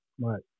right